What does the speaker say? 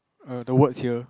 err the words here